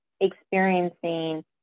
experiencing